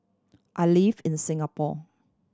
I live in Singapore